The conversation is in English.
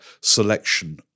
selection